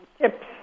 tips